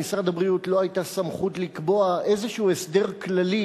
למשרד הבריאות לא היתה סמכות לקבוע איזה הסדר כללי